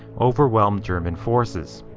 overwhelmed german forces.